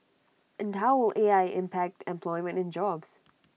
and how will A I impact employment and jobs